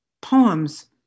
poems